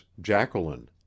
Jacqueline